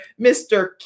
Mr